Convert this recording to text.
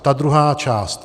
Ta druhá část.